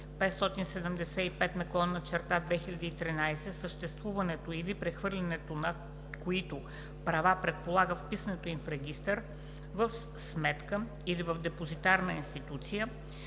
Регламент (ЕС) № 575/2013, съществуването или прехвърлянето на които права предполага вписването им в регистър, в сметка или в депозитарна институция,